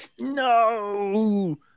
No